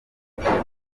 barimo